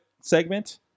segment